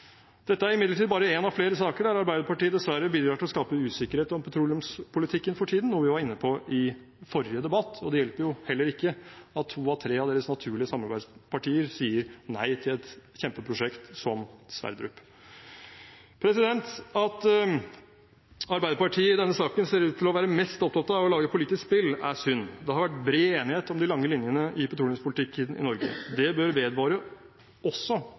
dette området. Dette er imidlertid bare en av flere saker der Arbeiderpartiet dessverre bidrar til å skape usikkerhet om petroleumspolitikken for tiden, noe vi var inne på i forrige debatt. Det hjelper jo heller ikke at to av tre av deres naturlige samarbeidspartier sier nei til et kjempeprosjekt som Sverdrup. At Arbeiderpartiet i denne saken ser ut til å være mest opptatt av å lage politisk spill, er synd. Det har vært bred enighet om de lange linjene i petroleumspolitikken i Norge. Det bør vedvare også,